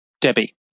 Debbie